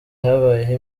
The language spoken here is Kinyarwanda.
habaye